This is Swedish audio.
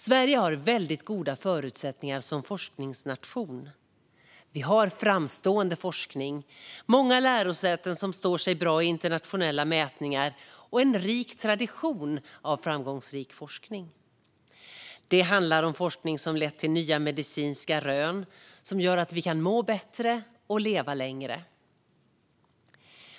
Sverige har väldigt goda förutsättningar som forskningsnation. Vi har framstående forskning, många lärosäten som står sig bra i internationella mätningar och en rik tradition av framgångsrik forskning. Det handlar om forskning som har lett till nya medicinska rön som gör att vi kan må bättre och leva längre.